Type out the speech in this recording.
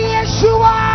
Yeshua